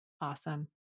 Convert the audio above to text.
Awesome